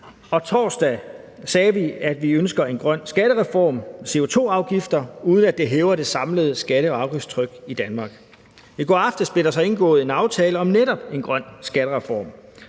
Og torsdag sagde vi, at vi ønsker en grøn skattereform med CO2-afgifter, uden at det hæver det samlede skatte- og afgiftstryk i Danmark. I går aftes blev der så indgået en aftale om netop en grøn skattereform.